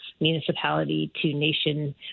municipality-to-nation